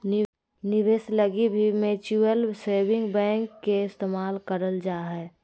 निवेश लगी भी म्युचुअल सेविंग बैंक के इस्तेमाल करल जा हय